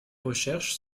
recherches